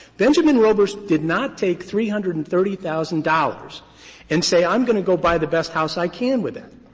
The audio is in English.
benjamin robers did not take three hundred and thirty thousand dollars and say, i'm going to go buy the best house i can with that.